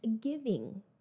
giving